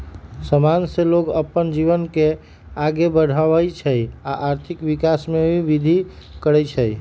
समान से लोग अप्पन जीवन के आगे बढ़वई छई आ आर्थिक विकास में भी विर्धि करई छई